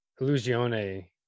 Illusione